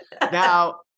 Now